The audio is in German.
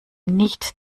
nicht